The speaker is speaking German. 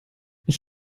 ich